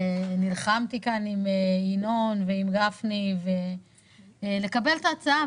ונלחמתי כאן עם ינון ועם גפני לקבל את ההצעה,